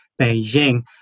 Beijing